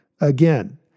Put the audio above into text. again